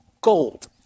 gold